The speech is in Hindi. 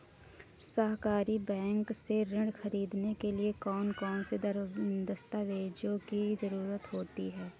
सहकारी बैंक से ऋण ख़रीदने के लिए कौन कौन से दस्तावेजों की ज़रुरत होती है?